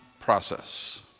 process